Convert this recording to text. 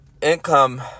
Income